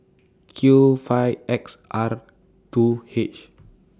Q five X R two H